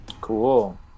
Cool